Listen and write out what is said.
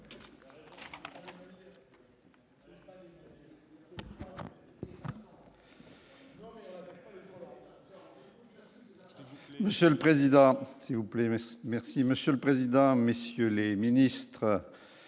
Monsieur le président, s'il vous plaît, merci, merci Monsieur le Président, messieurs les ministres,